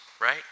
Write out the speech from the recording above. right